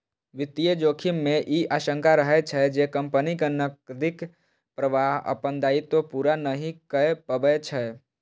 वित्तीय जोखिम मे ई आशंका रहै छै, जे कंपनीक नकदीक प्रवाह अपन दायित्व पूरा नहि कए पबै छै